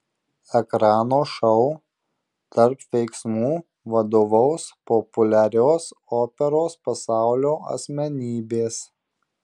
ekrano šou tarp veiksmų vadovaus populiarios operos pasaulio asmenybės